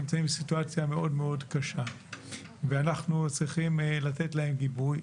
נמצאים בסיטואציה מאוד מאוד קשה ואנחנו צריכים לתת להם גיבוי,